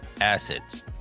assets